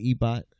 ebot